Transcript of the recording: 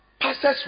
pastors